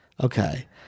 Okay